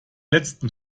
letzten